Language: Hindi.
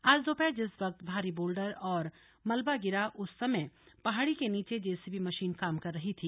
आज दोपहर जिस वक्त भारी बोल्डर और मलबा गिरा उस समय पहाड़ी के नीचे जेसीबी मशीन काम कर रही थी